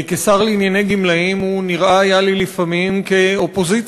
כשר לענייני גמלאים הוא נראה היה לי לפעמים כאופוזיציה,